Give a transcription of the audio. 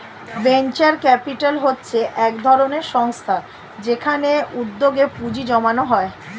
venture capital হচ্ছে একধরনের সংস্থা যেখানে উদ্যোগে পুঁজি জমানো হয়